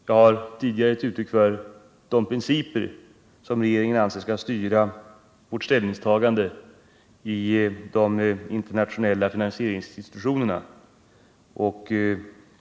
Jag har tidigare givit uttryck för de principer som enligt regeringens uppfattning skall styra våra ställningstaganden i de internationella finansieringsorganen.